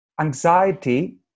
anxiety